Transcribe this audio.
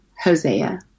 Hosea